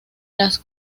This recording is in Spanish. las